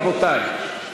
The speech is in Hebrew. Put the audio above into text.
רבותי,